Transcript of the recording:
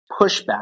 pushback